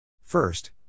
First